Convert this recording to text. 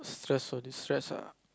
stress or de stress ah